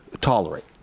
tolerate